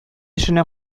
эшенә